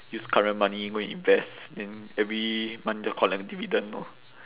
use current money go and invest then every month just collect dividend lor